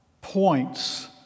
points